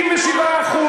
97%